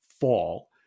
fall